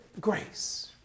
grace